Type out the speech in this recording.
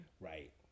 Right